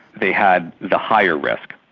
they had the higher risk.